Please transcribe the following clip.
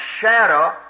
shadow